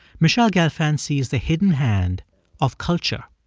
michele gelfand sees the hidden hand of culture.